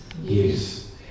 Yes